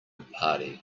party